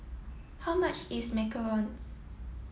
how much is Macarons